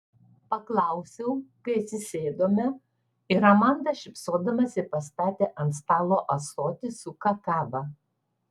paklausiau kai atsisėdome ir amanda šypsodamasi pastatė ant stalo ąsotį su kakava